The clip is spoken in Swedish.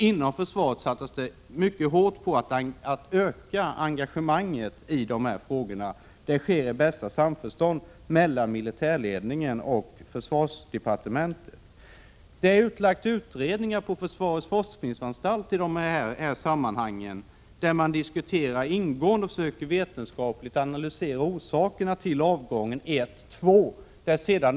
Inom försvaret satsas det mycket hårt på att öka engagemanget i dessa frågor. Detta sker i bästa samförstånd mellan militärledningen och försvarsdepartementet. Utredningar har lagts ut på försvarets forskningsanstalt i detta sammanhang. Där diskuterar man ingående och söker vetenskapligt analysera orsakerna till avgången 1-2.